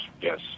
Yes